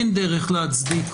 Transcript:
אין דרך להצדיק